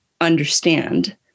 understand